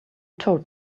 told